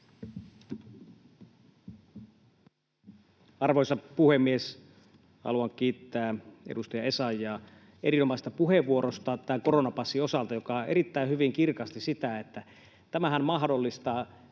Arvoisa puhemies! Haluan kiittää edustaja Essayahia koronapassin osalta erinomaisesta puheenvuorosta, joka erittäin hyvin kirkasti sitä, että tämähän mahdollistaa